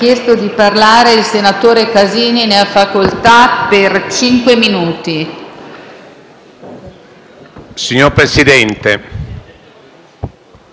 Signor Presidente,